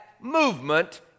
movement